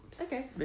Okay